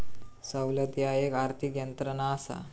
सवलत ह्या एक आर्थिक यंत्रणा असा